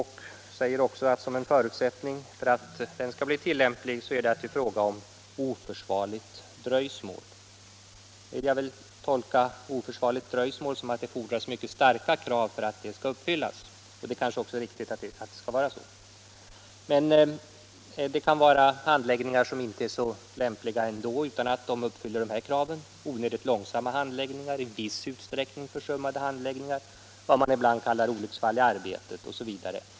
Han säger också att en förutsättning för att denna lag skall bli tillämplig är att det är fråga om oförsvarligt dröjsmål. Jag vill tolka ”oförsvarligt dröjsmål” som att det fordras mycket starka skäl för att det kravet skall uppfyllas, och det kanske är riktigt att det skall vara så. Men det kan förekomma handläggningar som inte är så lämpliga utan att de därför svarar emot detta krav: onödigt långsamma handläggningar, i viss utsträckning försummade handläggningar, vad man ibland kallar olycksfall i arbetet osv.